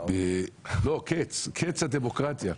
קץ הדמוקרטיה.